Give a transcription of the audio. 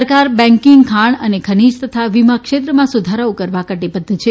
સરકાર બેન્કીંગ ખાણ અને ખનીજ તથા વીમા ક્ષેત્રમાં સુધારાઓ કરવા કટીબદ્ધ છે